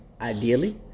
ideally